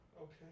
Okay